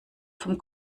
vom